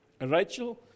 Rachel